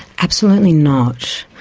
absolutely not.